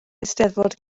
eisteddfod